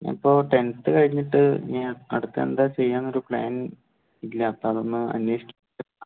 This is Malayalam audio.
ഇപ്പോൾ ടെൻത്ത് കഴിഞ്ഞിട്ട് ഞാൻ അടുത്ത എന്താ ചെയ്യാന്ന് ഒരു പ്ലാനിംഗ് ഇല്ല അപ്പോൾ അത് ഒന്ന് അന്വേഷിക്കാൻ വേണ്ടിയിട്ടാണ്